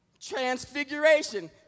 Transfiguration